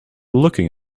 looking